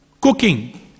cooking